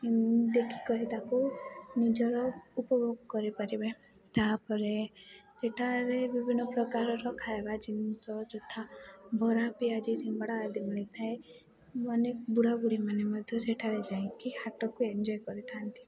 ଦେଖିକରି ତାକୁ ନିଜର ଉପଭୋଗ କରିପାରିବେ ତା'ପରେ ସେଠାରେ ବିଭିନ୍ନ ପ୍ରକାରର ଖାଇବା ଜିନିଷ ଯଥା ବରା ପିଆଜି ସିଙ୍ଗଡ଼ା ଆଦି ମିଳିଥାଏ ମାନେ ବୁଢ଼ାବୁଢ଼ୀମାନେ ମଧ୍ୟ ସେଠାରେ ଯାଇକି ହାଟକୁ ଏନ୍ଜୟ୍ କରିଥାନ୍ତି